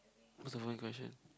so one question